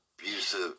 abusive